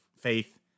faith